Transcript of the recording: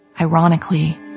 Ironically